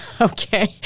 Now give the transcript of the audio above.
Okay